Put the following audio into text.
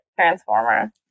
Transformer